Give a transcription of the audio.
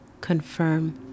confirm